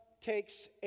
takes